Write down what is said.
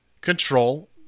control